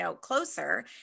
closer